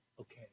Okay